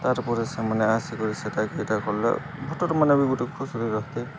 ତାର୍ ପରେ ସେମାନେ ଆସିକରି ସେଇଟା କେ ଏଇଟା କଲେ ଭୋଟର ମାନେ ବି ଗୋଟେ ଖୁସିରେ ରହେତେ